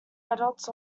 adults